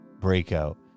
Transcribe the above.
Breakout